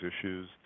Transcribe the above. issues